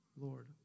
Lord